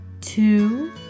two